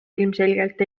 ilmselgelt